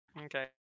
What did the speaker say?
Okay